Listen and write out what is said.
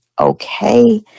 Okay